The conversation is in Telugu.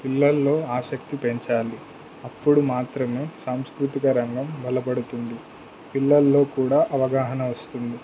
పిల్లల్లో ఆసక్తి పెంచాలి అప్పుడు మాత్రమే సాంస్కృతిక రంగం బలపడుతుంది పిల్లల్లో కూడా అవగాహన వస్తుంది